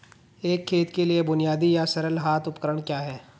एक खेत के लिए बुनियादी या सरल हाथ उपकरण क्या हैं?